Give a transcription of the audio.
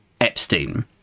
epstein